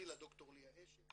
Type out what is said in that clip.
התחילה ד"ר ליה אשת